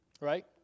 right